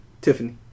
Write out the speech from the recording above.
Tiffany